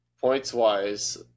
points-wise